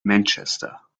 manchester